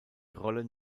rollen